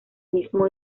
mismo